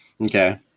Okay